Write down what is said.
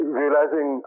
realizing